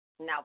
now